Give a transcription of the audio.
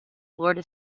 florida